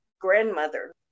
grandmother